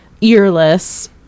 earless